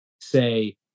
say